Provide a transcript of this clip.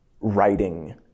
writing